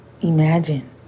imagine